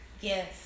Yes